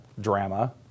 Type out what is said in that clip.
drama